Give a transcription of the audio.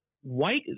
white